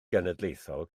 genedlaethol